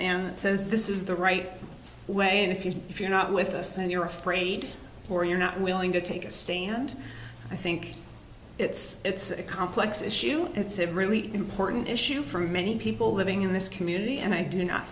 sand that says this is the right way and if you if you're not with us then you're afraid or you're not willing to take a stand i think it's it's a complex issue it's a really important issue for many people living in this community and i do not